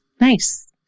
Nice